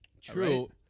True